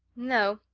no,